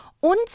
Und